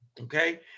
Okay